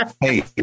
Hey